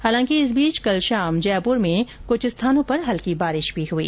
हालांकि इस बीच कल शाम जयपुर में कुछ स्थानों पर हल्की बारिश हुई